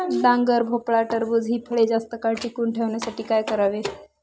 डांगर, भोपळा, टरबूज हि फळे जास्त काळ टिकवून ठेवण्यासाठी काय करावे?